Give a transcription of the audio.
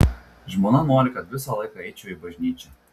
žmona nori kad visą laiką eičiau į bažnyčią